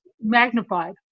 magnified